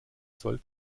soll